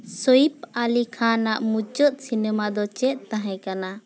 ᱥᱩᱭᱤᱯᱷ ᱟᱞᱤ ᱠᱷᱟᱱᱟᱜ ᱢᱩᱪᱟᱹᱫ ᱥᱤᱱᱮᱢᱟ ᱫᱚ ᱪᱮᱫ ᱛᱟᱦᱮᱸ ᱠᱟᱱᱟ